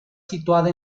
situada